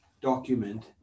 document